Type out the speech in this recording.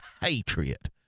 patriot